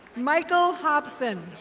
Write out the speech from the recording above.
michael hobson.